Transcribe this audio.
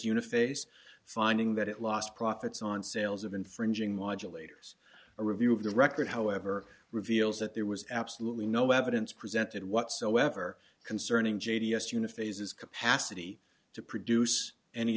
uniphase finding that it lost profits on sales of infringing legislators a review of the record however reveals that there was absolutely no evidence presented whatsoever concerning j d s uniphase his capacity to produce any